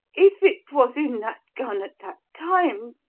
if it was in that gun at that time,